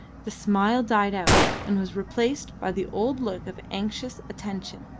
the smile died out, and was replaced by the old look of anxious attention.